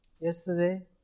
Yesterday